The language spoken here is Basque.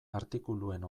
artikuluen